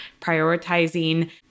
prioritizing